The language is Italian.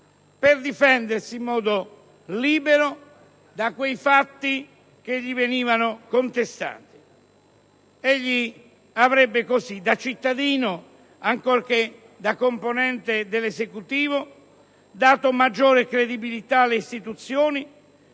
per difendersi in modo libero dai fatti che gli venivano contestati. Egli avrebbe così, da cittadino, ancorché non più da componente dell'Esecutivo, dato maggior credibilità alle istituzioni,